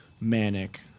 manic